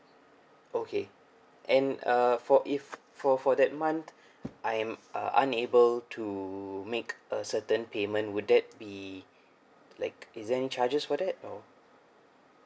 okay and uh for if for for that month I'm uh are unable to make a certain payment would that be like is there any charges for that or